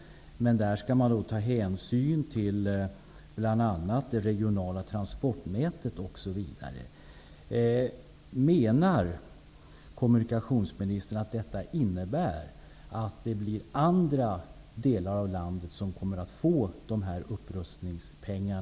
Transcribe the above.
Men där skall hänsyn tas till bl.a. det regionala transportnätet osv. Menar kommunikationsministern att detta innebär att det blir andra delar av landet än Stockholms län som kommer att få dessa upprustningspengar?